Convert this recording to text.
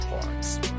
parts